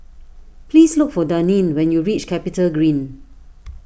please look for Daneen when you reach CapitaGreen